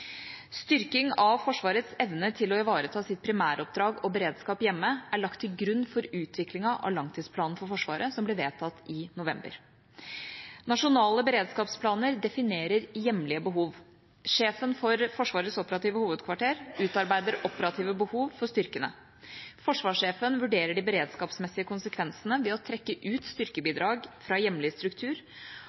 Styrking av Forsvarets evne til å ivareta sitt primæroppdrag og beredskap hjemme er lagt til grunn for utviklingen av Langtidsplanen for Forsvaret, som ble vedtatt i november. Nasjonale beredskapsplaner definerer hjemlige behov. Sjefen for Forsvarets operative hovedkvarter utarbeider operative behov for styrkene. Forsvarssjefen vurderer de beredskapsmessige konsekvensene ved å trekke ut styrkebidrag fra hjemlig struktur,